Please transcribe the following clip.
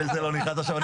לזה אני לא נכנס עכשיו.